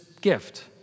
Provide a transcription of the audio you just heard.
gift